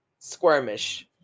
Squirmish